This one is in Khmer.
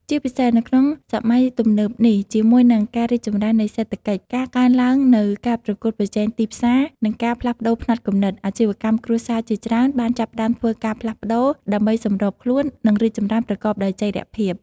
ជាពិសេស នៅក្នុងសម័យទំនើបនេះ ជាមួយនឹងការរីកចម្រើននៃសេដ្ឋកិច្ច ការកើនឡើងនូវការប្រកួតប្រជែងទីផ្សារ និងការផ្លាស់ប្តូរផ្នត់គំនិត អាជីវកម្មគ្រួសារជាច្រើនបានចាប់ផ្តើមធ្វើការផ្លាស់ប្តូរដើម្បីសម្របខ្លួន និងរីកចម្រើនប្រកបដោយចីរភាព។